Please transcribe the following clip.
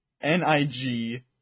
N-I-G